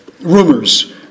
rumors